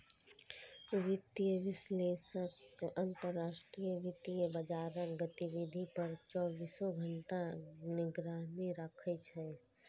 वित्तीय विश्लेषक अंतरराष्ट्रीय वित्तीय बाजारक गतिविधि पर चौबीसों घंटा निगरानी राखै छै